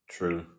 True